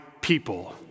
people